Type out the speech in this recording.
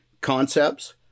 concepts